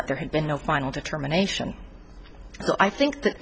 that there had been no final determination so i think that